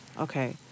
Okay